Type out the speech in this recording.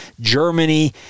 Germany